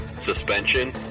suspension